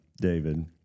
David